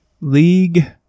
league